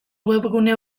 webgune